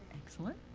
excellent.